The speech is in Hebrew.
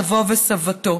סבו וסבתו.